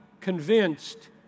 convinced